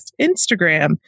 Instagram